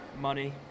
Money